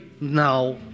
now